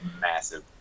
massive